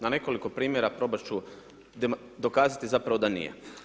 Na nekoliko primjera probat ću dokazati zapravo da nije.